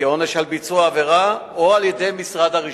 כעונש על ביצוע עבירה, או על-ידי משרד הרישוי.